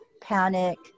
panic